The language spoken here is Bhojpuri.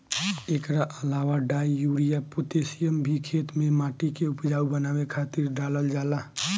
एकरा अलावा डाई, यूरिया, पोतेशियम भी खेते में माटी के उपजाऊ बनावे खातिर डालल जाला